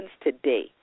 today